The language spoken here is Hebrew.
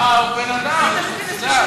הוא בן-אדם, את יודעת.